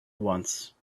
once